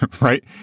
right